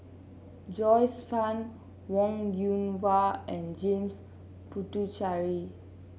Joyce Fan Wong Yoon Wah and James Puthucheary